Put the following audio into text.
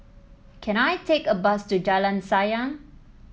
can I take a bus to Jalan Sayang